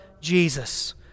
Jesus